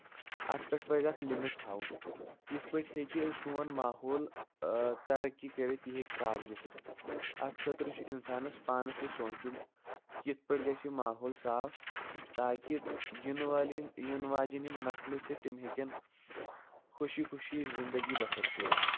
اَتھ پٮ۪ٹھ پَزِ اکھ لِمِٹ تھاوُن یِتھ پٲٹھۍ ہٮ۪کہِ سون ماحول ترقی کٔرِتھ یہِ ہٮ۪کہِ صاف گژھِتھ اَتھ خٲطرٕ چھُ اِنسانَس پانس تہِ سونچُن کہِ کِتھۍ پٲٹھۍ گژھِ یہِ ماحول تہِ صاف تاکہِ ییٚنہٕ والٮ۪ن ییٚنہٕ واجٮ۪ن یِم نصلہٕ چھِ تِم ہٮ۪کن خوشی خوشی زِندگی بَسر کٔرِتھ